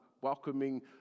welcoming